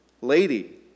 lady